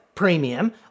premium